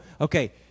Okay